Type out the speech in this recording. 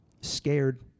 scared